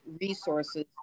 resources